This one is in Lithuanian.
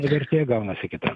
ir vertė gaunasi kita